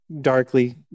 darkly